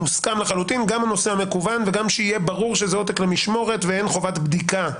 מוסכם לחלוטין גם הנושא המקוון וגם שזה עותק למשמורת ואין חובת בדיקה.